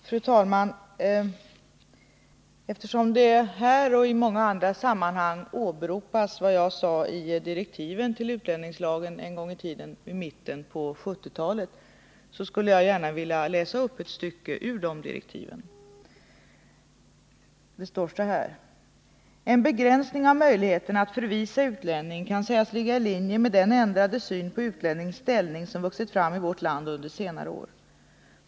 Fru talman! Eftersom det här och i många andra sammanhang åberopas vad jag sade i direktiven till översyn av utlänningslagstiftningen en gång i mitten av 1970-talet skulle jag gärna vilja läsa upp ett stycke ur dessa direktiv. ”En begränsning av möjligheten att förvisa utlänning kan sägas ligga i linje med den ändrade syn på utlännings ställning som har vuxit fram i vårt land under senare år.